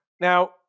Now